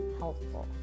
helpful